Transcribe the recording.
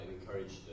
encouraged